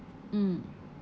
mm